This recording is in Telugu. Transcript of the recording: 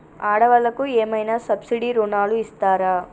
ఆడ వాళ్ళకు ఏమైనా సబ్సిడీ రుణాలు ఇస్తారా?